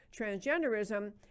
transgenderism